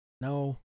No